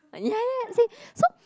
ah ya ya ya see so